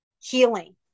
healing